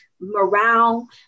morale